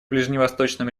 ближневосточном